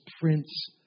Prince